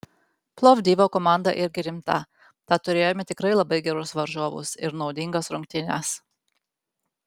plovdivo komanda irgi rimta tad turėjome tikrai labai gerus varžovus ir naudingas rungtynes